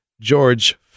George